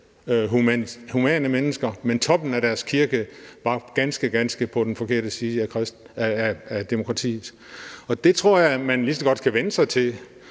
humanistiske mennesker, men toppen af deres kirke var på den helt forkerte side af demokratiet. Det tror jeg lige så godt man kan vende sig til.